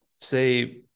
say